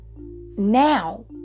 now